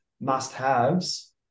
must-haves